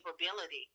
capability